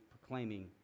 proclaiming